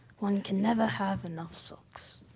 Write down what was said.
one can never have enough socks.